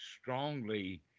strongly